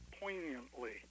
poignantly